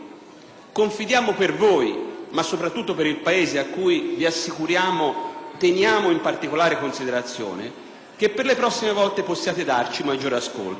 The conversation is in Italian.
Confidiamo per voi, ma soprattutto per il Paese, che vi assicuriamo teniamo in particolare considerazione, che per le prossime volte possiate darci maggiore ascolto.